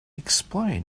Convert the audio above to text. explain